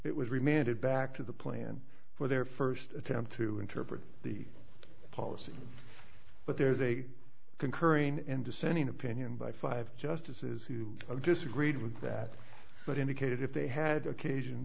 it was remanded back to the plan for their first attempt to interpret the policy but there's a concurring and dissenting opinion by five justices who disagreed with that but indicated if they had occasion